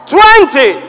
Twenty